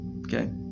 Okay